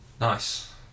Nice